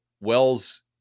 Wells